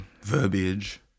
verbiage